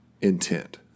intent